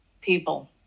people